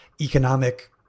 economic